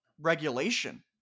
regulation